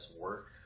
work